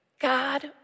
God